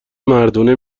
مردونه